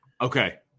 Okay